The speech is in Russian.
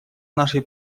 нашей